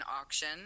auction